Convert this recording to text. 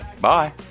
Bye